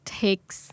takes